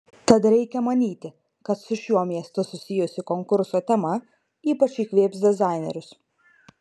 tad reikia manyti kad su šiuo miestu susijusi konkurso tema ypač įkvėps dizainerius